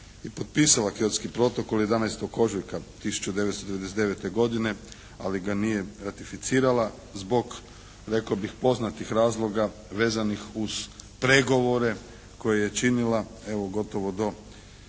je potpisala Kyotski protokol 11. ožujka 1999. godine, ali ga nije ratificirala zbog rekao bih poznatih razloga vezanih uz pregovore koje je činila evo gotovo do